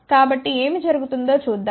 కాబట్టి ఏమి జరుగుతుందో చూద్దాం